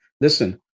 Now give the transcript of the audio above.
Listen